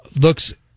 looks